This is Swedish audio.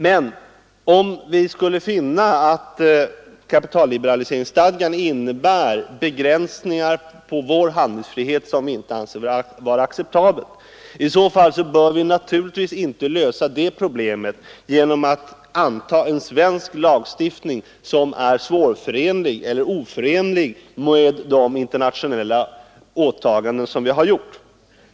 Men om vi skulle finna att kapitalliberaliseringsstadgan innebär begränsningar av vår handlingsfrihet som vi inte anser vara acceptabla, bör vi inte lösa det problemet genom att anta en svensk lagstiftning som är svårförenlig — eller oförenlig — med de internationella åtaganden som vi har gjort.